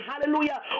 Hallelujah